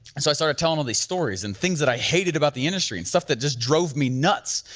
and so i started telling all the stories and things that i hated about the industry and stuff that just drove me nuts.